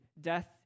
death